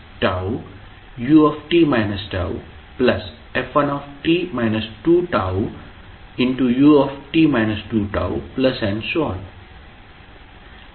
f1tf1t Tut Tf1t 2Tut 2T